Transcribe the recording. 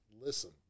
listen